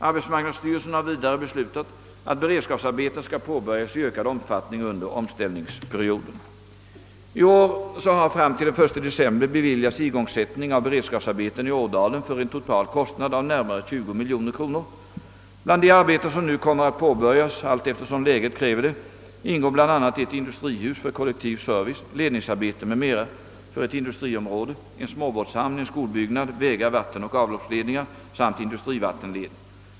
Arbetsmarknadsstyrelsen har vidare beslutat, att beredskapsarbeten skall påbörjas i ökad omfattning under omställningsperioden. I år har fram till den 1 december beviljats igångsättning av beredskapsarbeten i Ådalen för en total kostnad av närmare 20 miljoner kronor. Bland de arbeten, som nu kommer att påbörjas allteftersom läget kräver det ingår bl.a. ett industrihus för kollektiv service, ledningsarbeten m.m. för ett industriområde, en småbåtshamn, en skolbyggnad, vägar, vattenoch avloppsledningar samt industrivattenledning.